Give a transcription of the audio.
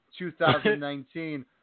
2019